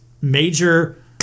major